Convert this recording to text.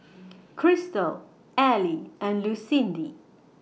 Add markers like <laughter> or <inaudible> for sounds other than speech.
<noise> Christel Ely and Lucindy